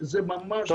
זה קשה מאוד.